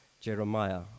Jeremiah